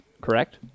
correct